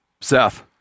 Seth